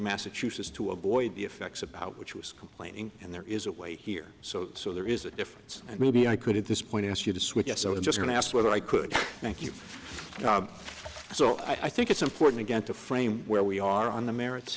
massachusetts to avoid the effects of power which was complaining and there is a way here so so there is a difference and maybe i could at this point ask you to switch so i'm just going to ask whether i could thank you bob so i think it's important again to frame where we are on the merits